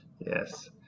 Yes